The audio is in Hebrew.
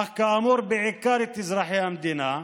אך כאמור בעיקר את אזרחי המדינה,